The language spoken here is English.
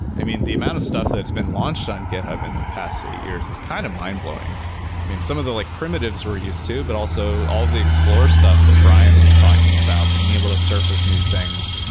i mean, the amount of stuff that's been launched on github in the past eight years is kind of mind blowing. i mean, some of the like primitives we're used to, but also all of the explore stuff that brian was talking about, being able to surface new things.